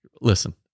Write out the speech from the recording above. listen